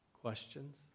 questions